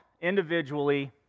individually